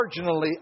marginally